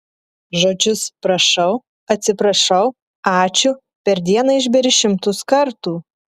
žodžius prašau atsiprašau ačiū per dieną išberi šimtus kartų